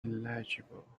illegible